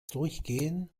durchgehen